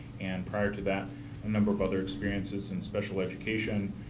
and prior to that a number of other experiences in special education,